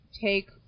take